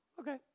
okay